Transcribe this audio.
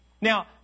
Now